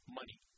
money